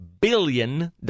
billion